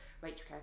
Rachel